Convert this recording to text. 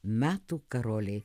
metų karoliai